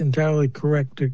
entirely correct